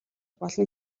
болно